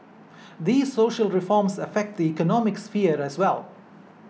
these social reforms affect the economic sphere as well